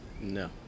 No